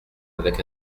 avec